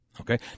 okay